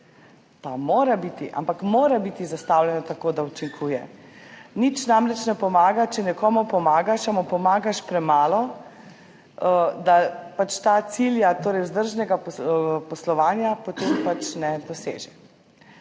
učinkuje, ampak mora biti zastavljena tako, da učinkuje. Nič namreč ne pomaga, če nekomu pomagaš, a mu pomagaš premalo, da tega cilja, torej vzdržnega poslovanja, potem pač ne doseže.